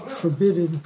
forbidden